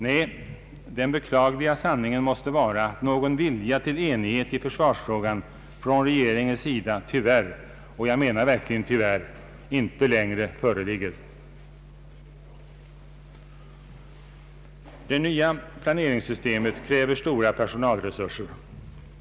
Nej, den beklagliga sanningen måste vara att någon vilja till enighet i försvarsfrågan från regeringens sida tyvärr — och jag menar verkligen tyvärr — inte längre föreligger. Det nya planeringssystemet kräver stora personalresurser.